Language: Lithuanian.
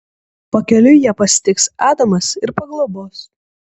pakeliui ją pasitiks adamas ir paglobos